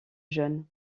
jeune